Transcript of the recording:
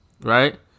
right